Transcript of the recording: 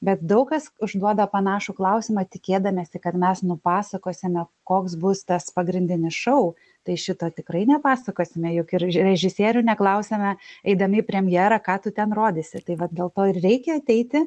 bet daug kas užduoda panašų klausimą tikėdamiesi kad mes nupasakosime koks bus tas pagrindinis šou tai šito tikrai nepasakosime juk ir režisierių neklausiame eidami į premjerą ką tu ten rodysi tai va dėl to ir reikia ateiti